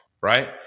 right